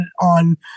on